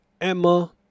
Emma